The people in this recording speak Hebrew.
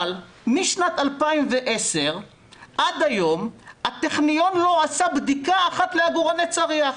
משנת 2010 עד היום הטכניון לא עשה בדיקה אחת לעגורני צריח.